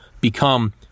become